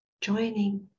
Joining